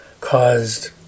caused